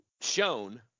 shown